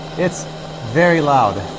it's very loud.